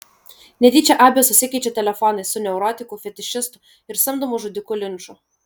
netyčia abė susikeičia telefonais su neurotiku fetišistu ir samdomu žudiku linču